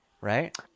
right